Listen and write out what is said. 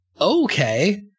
okay